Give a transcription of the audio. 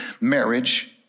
marriage